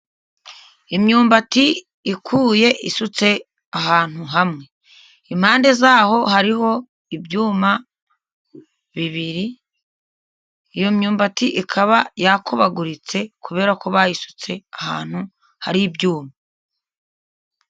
Imyumbati ikuye, isutse ahantu hamwe, impande yaho hariho ibyuma bibiri. Iyo myumbati ikaba yakubaguritse, kubera ko bayisutse ahantu hari ibyuma.